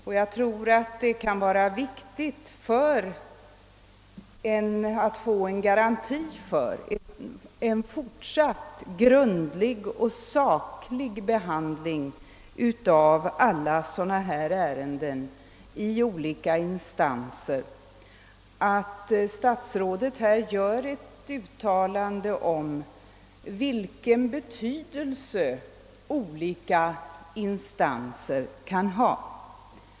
För att få till stånd en garanti för en fortsatt grundlig och saklig behandling av sådana här ärenden i olika instanser är det enligt min mening viktigt att statsrådet här gör ett uttalande om vilken betydelse olika instanser kan ha.